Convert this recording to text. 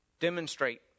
Demonstrate